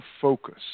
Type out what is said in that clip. focus